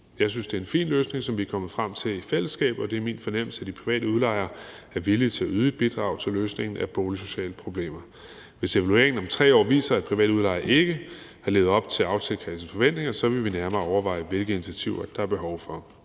Jeg synes, det er en fin løsning, som vi er kommet frem til i fællesskab, og det er min fornemmelse, at de private udlejere er villige til at yde et bidrag til løsningen af boligsociale problemer. Hvis evalueringen om 3 år viser, at private udlejere ikke har levet op til aftalekredsens forventninger, så vil vi nærmere overveje, hvilke initiativer der er behov for.